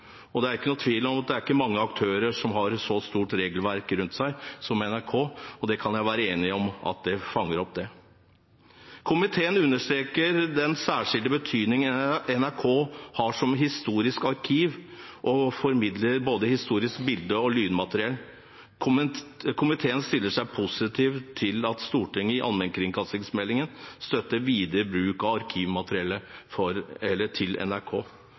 Det er ikke noen tvil om at det ikke er mange aktører som har så stort regelverk rundt seg som NRK. Jeg kan være enig i at det fanger opp det. Komiteen understreker den særskilte betydningen NRK har som historisk arkiv og formidler av både historisk bilde- og lydmateriell. Komiteen stiller seg positiv til at Stortinget i allmennkringkastingsmeldingen støtter videre bruk av arkivmateriellet til NRK.